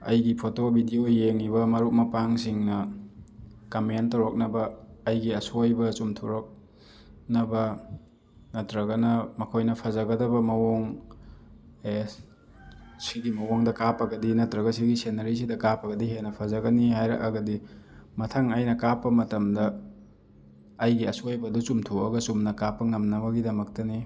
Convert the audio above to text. ꯑꯩꯒꯤ photo video ꯌꯦꯡꯉꯤꯕ ꯃꯔꯨꯞ ꯃꯄꯥꯡꯁꯤꯡꯅ ꯀꯃꯦꯟ ꯇꯧꯔꯛꯅꯕ ꯑꯩꯒꯤ ꯑꯁꯣꯏꯕ ꯆꯨꯝꯊꯣꯔꯛꯅꯕ ꯅꯠꯇ꯭ꯔꯒꯅ ꯃꯈꯣꯏꯅ ꯐꯖꯒꯗꯕ ꯃꯑꯣꯡ ꯑꯦꯁ ꯁꯤꯒꯤ ꯃꯑꯣꯡꯗ ꯀꯥꯞꯄꯒꯗꯤ ꯅꯠꯇ꯭ꯔꯒ ꯁꯤꯒꯤ ꯁꯤꯅꯔꯤꯁꯤꯗ ꯀꯥꯞꯄꯒꯗꯤ ꯍꯦꯟꯅ ꯐꯖꯒꯅꯤ ꯍꯥꯏꯔꯛꯑꯒꯗꯤ ꯃꯊꯪ ꯑꯩꯅ ꯀꯥꯞꯄ ꯃꯇꯝꯗ ꯑꯩꯒꯤ ꯑꯁꯣꯏꯕꯗꯨ ꯆꯨꯝꯊꯣꯛꯑꯒ ꯆꯨꯝꯅ ꯀꯥꯞꯄ ꯉꯝꯅꯕꯒꯤꯗꯃꯛꯇꯅꯤ